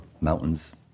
mountains